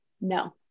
No